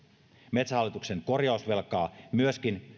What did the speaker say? metsähallituksen korjausvelkaa myöskin